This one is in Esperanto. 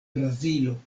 brazilo